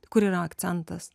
kur yra akcentas